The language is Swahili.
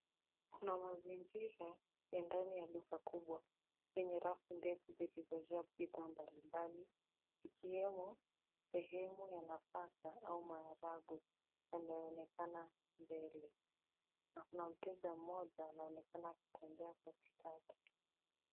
Kuna mazingira ya ndani ya duka yenye rafu ndefu zilizojaa bidhaa mbalimbali, ikiwemo sehemu ya nafaka au maharage yanayoonekana mbele na kuna mteja mmoja anaonekana akitembea katikati.